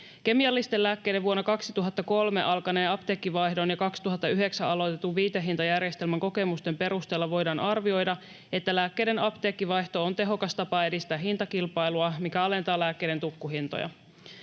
Kemiallisten lääkkeiden vuonna 2003 alkaneen apteekkivaihdon ja 2009 aloitetun viitehintajärjestelmän kokemusten perusteella voidaan arvioida, että lääkkeiden apteekkivaihto on tehokas tapa edistää hintakilpailua, mikä alentaa lääkkeiden tukkuhintoja.